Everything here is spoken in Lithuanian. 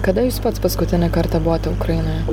kada jūs pats paskutinį kartą buvote ukrainoje